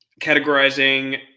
categorizing